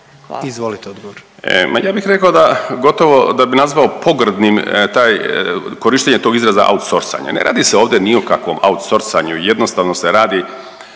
Juro** Ma ja bih rekao da, gotovo da bi nazvao pogrdnim taj, korištenje tog izraza outsourcing-anje, ne radi se ovdje ni o kakvom outsourcing-anju jednostavno se radi